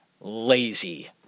lazy